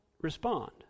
respond